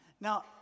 Now